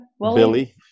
Billy